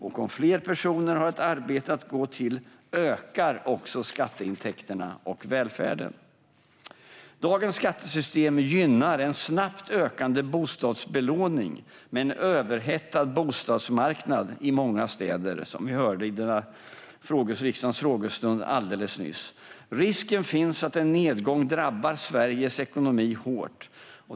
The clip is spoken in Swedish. Om fler personer har ett arbete att gå till ökar också skatteintäkterna och välfärden. Dagens skattesystem gynnar en snabbt ökande bostadsbelåning med en överhettad bostadsmarknad i många städer, som vi hörde i riksdagens frågestund alldeles nyss. Risken finns att en nedgång drabbar Sveriges ekonomi hårt.